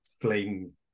flame